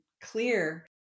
clear